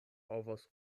havas